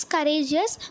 Courageous